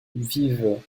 vivent